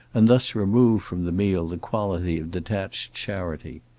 and thus remove from the meal the quality of detached charity.